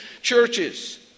churches